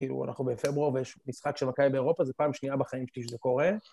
כאילו, אנחנו בפברואר ויש משחק של מקאי באירופה, זו פעם שנייה בחיים שלי שזה קורה.